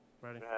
Ready